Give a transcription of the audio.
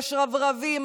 השרברבים,